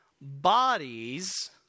bodies